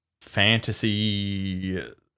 fantasy